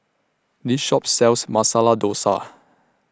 This Shop sells Masala Dosa